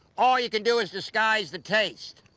all you can do is disguise the taste.